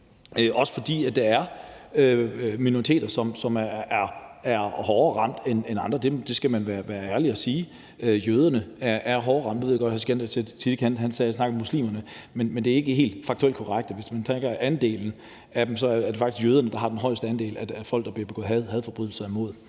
også fordi der er minoriteter, som er hårdere ramt end andre; det skal man være ærlig og sige. Jøderne er hårdt ramt. Nu ved jeg godt, at hr. Sikandar Siddique snakkede om muslimerne, men det er ikke helt faktuelt korrekt. Hvis man tænker på andelen af dem, er det faktisk jøderne, der har den højeste andel af folk, der bliver begået hadforbrydelser mod.